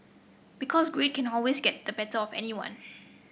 because greed can always get the better of anyone